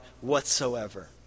whatsoever